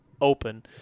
open